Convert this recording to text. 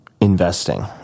investing